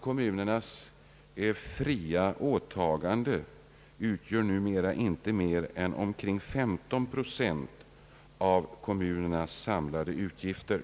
Kommunernas helt fria åtaganden utgör numera inte mer än omkring 15 procent av kommunernas samlade utgifter.